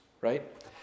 right